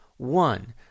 One